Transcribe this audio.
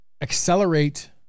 accelerate